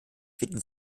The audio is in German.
finden